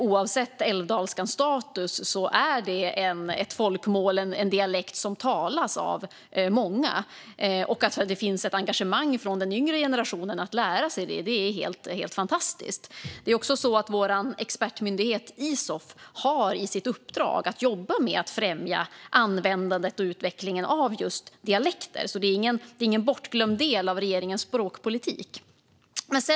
Oavsett älvdalskans status är det ett folkmål, en dialekt som talas av många, och att det finns ett engagemang hos den yngre generationen att lära sig älvdalska är fantastiskt. Vår expertmyndighet Isof har i sitt uppdrag att jobba med att främja användandet och utvecklingen av just dialekter, så det är ingen bortglömd del av regeringens språkpolitik.